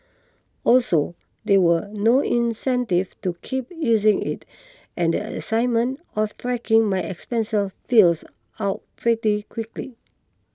also there were no incentive to keep using it and a excitement of tracking my expense fizzles out pretty quickly